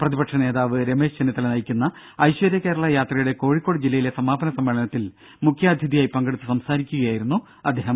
പ്രതിപക്ഷ നേതാവ് രമേശ് ചെന്നിത്തല നയിക്കുന്ന ഐശ്വര്യകേരള യാത്രയുടെ കോഴിക്കോട് ജില്ലയിലെ സമാപന സമ്മേളനത്തിൽ മുഖ്യാതിഥിയായി പങ്കെടുത്ത് സംസാരിക്കുകയായിരുന്നു അദ്ദേഹം